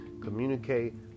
communicate